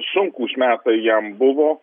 sunkūs metai jam buvo